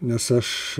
nes aš